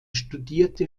studierte